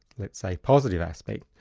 let's say positive aspect,